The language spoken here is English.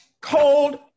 cold